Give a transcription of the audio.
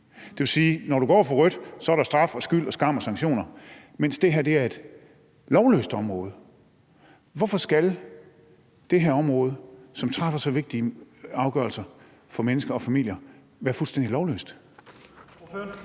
Det vil sige, at når du går over for rødt, er der straf, skyld, skam og sanktioner, mens det her er et lovløst område. Hvorfor skal det her område, hvor der træffes så vigtige afgørelser for mennesker og familier, være fuldstændig lovløst?